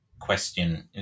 question